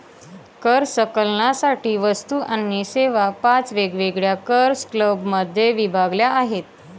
कर संकलनासाठी वस्तू आणि सेवा पाच वेगवेगळ्या कर स्लॅबमध्ये विभागल्या आहेत